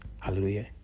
hallelujah